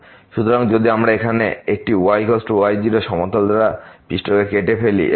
সুতরাং যদি আমরা এখানে একটি y y0 সমতল দ্বারা পৃষ্ঠটি কেটে ফেলি